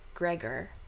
Gregor